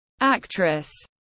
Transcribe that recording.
actress